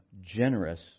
generous